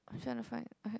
I was trying to find I had